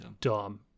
dumb